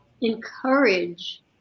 encourage